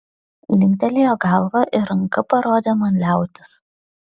linktelėjo galva ir ranka parodė man liautis